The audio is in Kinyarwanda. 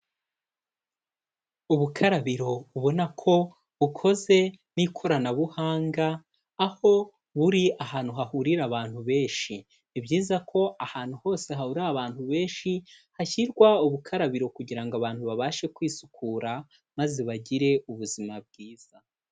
ubukarabiro ubona ko bukoze n'ikoranabuhanga aho buri ahantu hahurira abantu benshi ni byiza ko ahantu hose hahurira abantu benshi hashyirwa ubukarabiro kugira ngo abantu babashe kwisukura maze bagire ubuzima bwiza